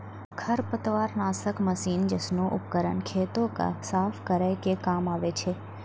खरपतवार नासक मसीन जैसनो उपकरन खेतो क साफ करै के काम आवै छै